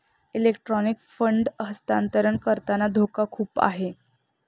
electronic fund हस्तांतरण करताना धोका खूप आहे